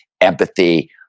empathy